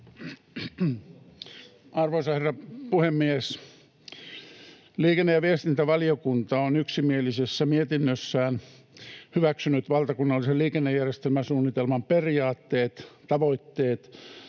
Arvoisa herra puhemies! Liikenne- ja viestintävaliokunta on yksimielisessä mietinnössään hyväksynyt valtakunnallisen liikennejärjestelmäsuunnitelman periaatteet ja tavoitteet